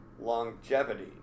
longevity